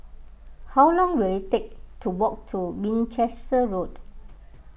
how long will it take to walk to Winchester Road